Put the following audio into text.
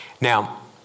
Now